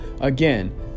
again